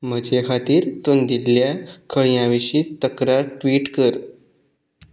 म्हजे खातीर तुंयन दिल्ल्या खळयां विशीं तक्रार ट्वीट कर